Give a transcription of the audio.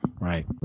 right